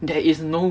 there is no